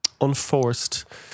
unforced